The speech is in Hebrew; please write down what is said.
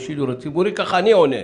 כך אני עונה.